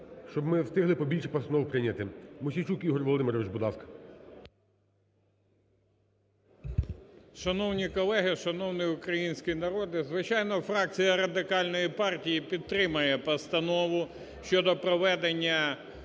щоб ми встигли побільше постанов прийняти. Мосійчук Ігор Володимирович, будь ласка. 11:35:30 МОСІЙЧУК І.В. Шановні колеги! Шановний український народе! Звичайно, фракція Радикальної партії підтримає Постанову щодо проведення